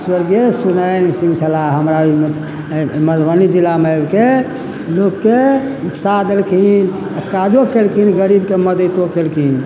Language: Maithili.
स्वर्गीय सुर्य नारायण सिंह छलाह हमरा मधुबनी जिलामे आबिके लोकके नुक्साह देलखिन आ काजो केलखिन गरीबके मददो केलखिन